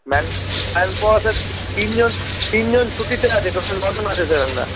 man manpower sir তিনজন তিনজন ছুটিতে আছে টোটাল নজন আছি স্যার আমরা